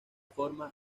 forma